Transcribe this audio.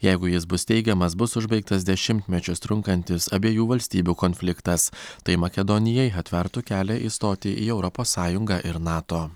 jeigu jis bus teigiamas bus užbaigtas dešimtmečius trunkantis abiejų valstybių konfliktas tai makedonijai atvertų kelią įstoti į europos sąjungą ir nato